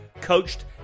coached